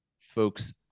folks